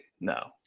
no